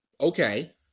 okay